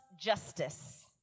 Justice